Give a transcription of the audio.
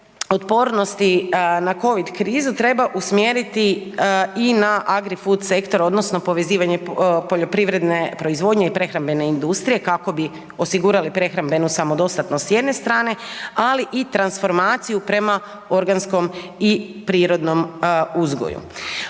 otpornosti na Covid krizu treba usmjeriti i na agri-food sektor odnosno povezivanje poljoprivredne proizvodnje i prehrambene industrije kako bi osigurali prehrambenu samodostatnost s jedne strane ali i transformaciju prema organskom i prirodno uzgoju.